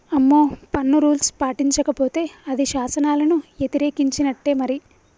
అమ్మో పన్ను రూల్స్ పాటించకపోతే అది శాసనాలను యతిరేకించినట్టే మరి